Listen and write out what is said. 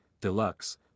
Deluxe